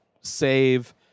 save